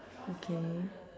okay